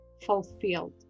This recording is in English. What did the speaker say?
fulfilled